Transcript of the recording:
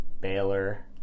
baylor